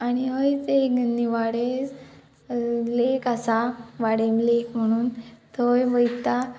आनी हयच एक निवाडे लेक आसा वाडेम लेक म्हणून थंय वयता